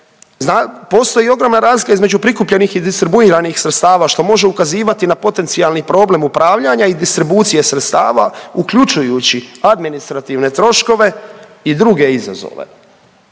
postoji ogromna razlika između prikupljenih i distribuiranih sredstava što može ukazivati na potencijali problem upravljanja i distribucije sredstava uključujući administrativne troškove i druge izazove